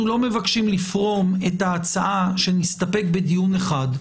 לא מבקשים לפרום את ההצעה של להסתפק בדיון אחד.